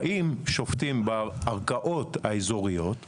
באים שופטים בערכאות האזוריות,